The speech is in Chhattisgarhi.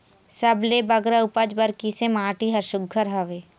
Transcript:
सबले बगरा उपज बर किसे माटी हर सुघ्घर हवे?